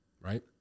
right